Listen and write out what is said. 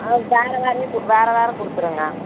வேறு வேறையே வேறு வேறு கொடுத்துருங்க